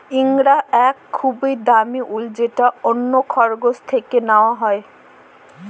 ইঙ্গরা এক খুবই দামি উল যেটা অন্য খরগোশ থেকে নেওয়া হয়